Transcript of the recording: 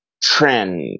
trend